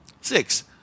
Six